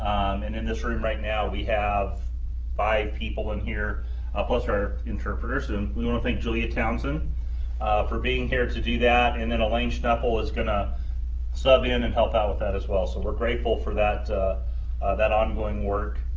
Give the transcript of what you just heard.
and in this room right now, we have five people in here ah plus our interpreter, so and we want to thank julia townsend for being here to do that, and then elaine schnepple is going to sub yeah in and help out with that as well, so we're grateful for that that ongoing work.